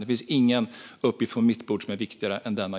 Det finns ingen uppgift på mitt bord som är viktigare än denna.